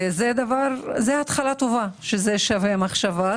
זו התחלה טובה שזה שווה מחשבה.